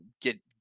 get